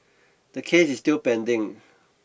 the case is still pending